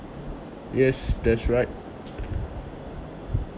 yes that's right